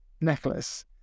necklace